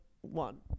one